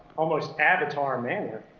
almost avatar manner,